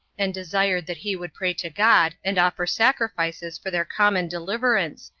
and desired that he would pray to god, and offer sacrifices for their common deliverance,